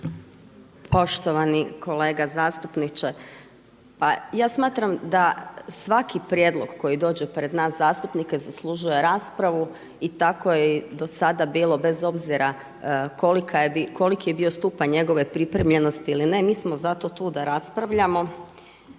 Poštovani kolega zastupniče, pa ja smatram da svaki prijedlog koji dođe pred nas zastupnike zaslužuje raspravu i tako je i do sada bilo bez obzira koliki je bio stupanj njegove pripremljenosti ili ne, mi smo tu zato da raspravljamo